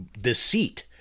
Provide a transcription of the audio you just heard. deceit